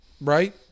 right